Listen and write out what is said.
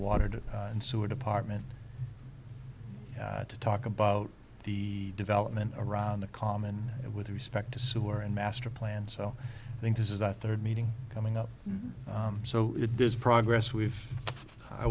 watered and sewer department to talk about the development around the common it with respect to sewer and master plan so i think this is that third meeting coming up so it does progress we've i